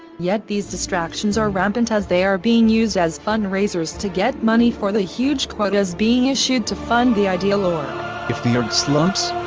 yet these distractions are rampant as they are being used as fund-raisers to get money for the huge quotas being issued to fund the ideal org. if the org slumps,